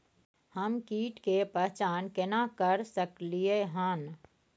हम कीट के पहचान केना कर सकलियै हन?